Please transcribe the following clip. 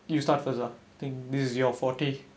you start first ah I think this is your forty